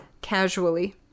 Casually